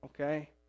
okay